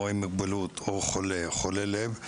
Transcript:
חולה או חולה לב,